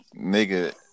Nigga